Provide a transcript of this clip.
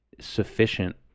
sufficient